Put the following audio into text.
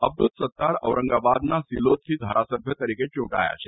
અબ્દુલ સત્તાર ઔરંગાબાદના સિલોદથી ધારાસભ્ય તરીકે ચૂંટાયા છે